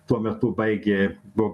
tuo metu baigė buvo